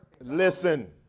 Listen